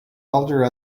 elder